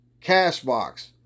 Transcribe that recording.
Cashbox